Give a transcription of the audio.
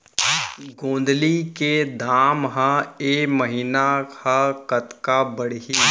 गोंदली के दाम ह ऐ महीना ह कतका बढ़ही?